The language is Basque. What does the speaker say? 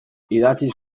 idatziz